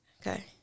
okay